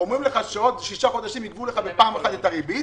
אומרים לך שבעוד שישה חודשים יגבו לך בפעם אחת את הריבית,